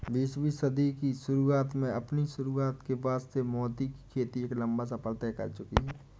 बीसवीं सदी की शुरुआत में अपनी शुरुआत के बाद से मोती की खेती एक लंबा सफर तय कर चुकी है